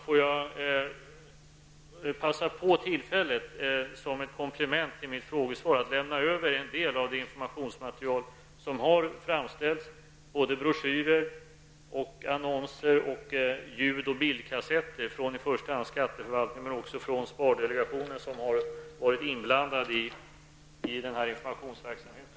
Får jag passa på tillfället att som ett komplement till mitt frågesvar lämna över en del av det informationsmaterial som har framställts, broschyrer, annonser och ljud och bildkassetter från i första hand skatteförvaltningen men också från spardelegationen, som har varit inblandad i informationsverksamheten.